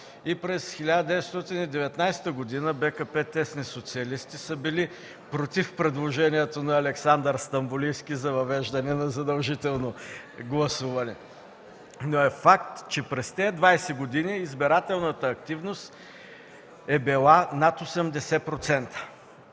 и през 1919 г. БКП (т.с.) са били против предложението на Александър Стамболийски за въвеждане на задължително гласуване. Но е факт, че през тези 20 години избирателната активност е била над 80%.